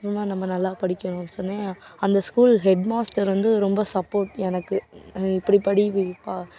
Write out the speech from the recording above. இனிமேல் நம்ம நல்லா படிக்கணும் சொல்லி அந்த ஸ்கூல் ஹெட்மாஸ்டர் வந்து ரொம்ப சப்போர்ட் எனக்கு இப்படி படி வைப்பா